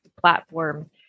platform